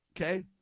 okay